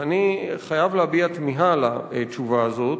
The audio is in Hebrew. ואני חייב להביע תמיהה על התשובה הזאת.